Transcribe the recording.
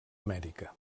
amèrica